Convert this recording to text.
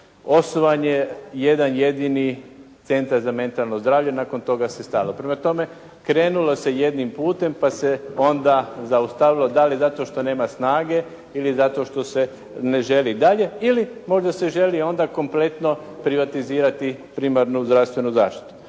Osnovan je jedan jedini Centar za mentalno zdravlje, nakon toga se stalo. Prema tome, krenulo se jednim putem, pa se onda zaustavilo. Da li zato što nema snage ili zato što se ne želi dalje ili možda se želi onda kompletno privatizirati primarnu zdravstvenu zaštitu?